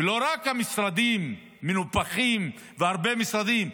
ולא רק המשרדים מנופחים והרבה משרדים,